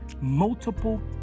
multiple